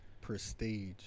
Prestige